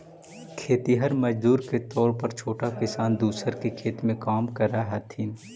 खेतिहर मजदूर के तौर पर छोटा किसान दूसर के खेत में काम करऽ हथिन